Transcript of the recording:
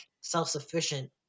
self-sufficient